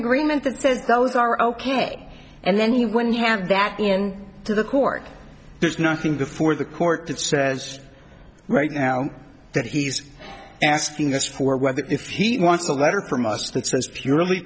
agreement that says those are ok and then he when you hand that in to the court there's nothing before the court that says right now that he's asking us for whether if he wants a letter from us that says purely